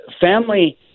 family